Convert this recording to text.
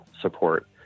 support